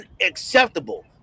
Unacceptable